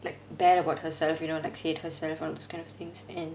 like bad about herself you know like hit herself all this kind of things and